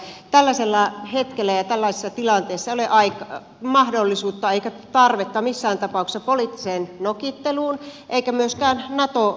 tällaisella hetkellä ja tällaisessa tilanteessa ei ole mahdollisuutta eikä tarvetta missään tapauksessa poliittiseen nokitteluun eikä myöskään nato intoiluun